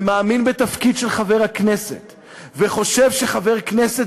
ומאמין בתפקיד של חבר הכנסת וחושב שחבר כנסת